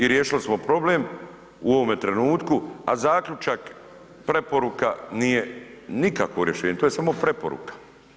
I riješili smo problem u ovome trenutku, a zaključak, preporuka nije nikakvo rješenje, to je samo preporuka.